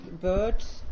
birds